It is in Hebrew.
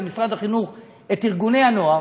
במשרד החינוך את ארגוני הנוער,